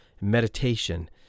meditation